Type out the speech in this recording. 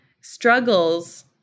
Struggles